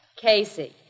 Casey